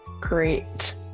great